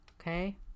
Okay